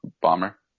Bomber